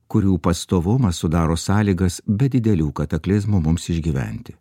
kurių pastovumas sudaro sąlygas be didelių kataklizmų mums išgyventi